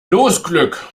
losglück